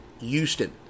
Houston